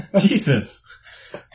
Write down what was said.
Jesus